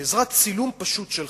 בעזרת צילום פשוט שלך,